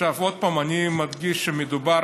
עכשיו, עוד פעם, אני מדגיש שמדובר